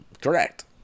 Correct